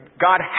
God